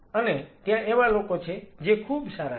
અને ત્યાં એવા લોકો છે જે ખૂબ સારા છે